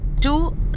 two